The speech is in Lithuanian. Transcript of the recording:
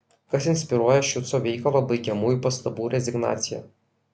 kas inspiruoja šiuco veikalo baigiamųjų pastabų rezignaciją